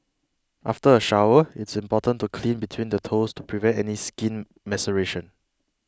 after a shower it's important to clean between the toes to prevent any skin maceration